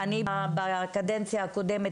אני בקדנציה הקודמת,